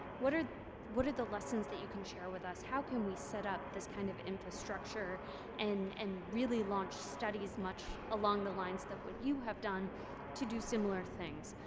what are what are the lessons that you can share with us? how can we set up this kind of infrastructure and and really launch studies much along the lines of what you have done to do similar things?